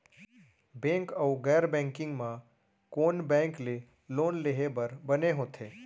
Bank अऊ गैर banking म कोन बैंक ले लोन लेहे बर बने होथे?